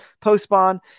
post-spawn